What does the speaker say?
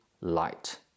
light